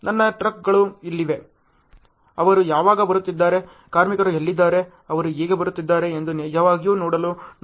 ನನ್ನ ಟ್ರಕ್ಗಳು ಎಲ್ಲಿವೆ ಅವರು ಯಾವಾಗ ಬರುತ್ತಿದ್ದಾರೆ ಕಾರ್ಮಿಕರು ಎಲ್ಲಿದ್ದಾರೆ ಅವರು ಹೇಗೆ ಬರುತ್ತಿದ್ದಾರೆ ಎಂದು ನಿಜವಾಗಿಯೂ ನೋಡಲು ನಾನು ಬಯಸುವುದಿಲ್ಲ